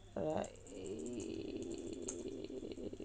write